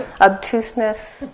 Obtuseness